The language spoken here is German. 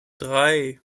drei